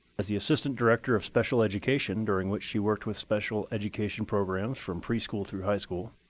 as the assistant director of special education, during which she worked with special education programs from preschool through high school,